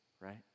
right